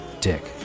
dick